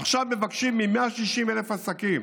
עכשיו מבקשים מ-160,000 עסקים